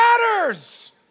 matters